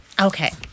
Okay